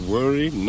Worry